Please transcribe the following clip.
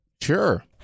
Sure